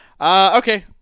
Okay